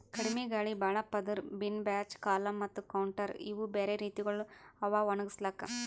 ಕಡಿಮಿ ಗಾಳಿ, ಭಾಳ ಪದುರ್, ಬಿನ್ ಬ್ಯಾಚ್, ಕಾಲಮ್ ಮತ್ತ ಕೌಂಟರ್ ಇವು ಬ್ಯಾರೆ ರೀತಿಗೊಳ್ ಅವಾ ಒಣುಗುಸ್ಲುಕ್